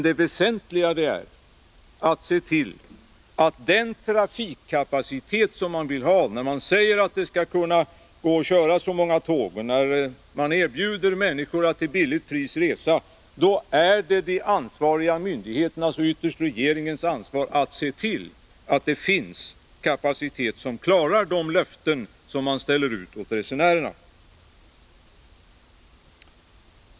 Det väsentliga är emellertid att se till att den trafikkapacitet man vill ha också finns när man säger att det skall gå att köra ett visst antal tåg och när man erbjuder människor ett lågt pris för att resa. Det är de ansvariga myndigheternas och ytterst regeringens ansvar att se till att det finns kapacitet som klarar de löften man ställer i utsikt för resenärerna.